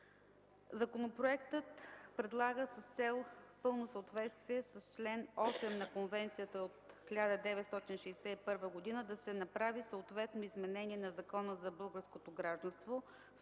Законопроектът предлага с цел пълно съответствие с чл. 8 на Конвенцията от 1961 г. да се направи съответно изменение на Закона за българското гражданство,